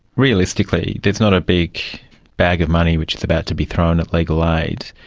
realistically there is not a big bag of money which is about to be thrown at legal aid.